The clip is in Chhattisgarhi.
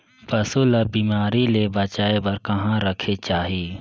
पशु ला बिमारी ले बचाय बार कहा रखे चाही?